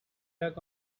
luck